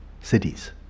cities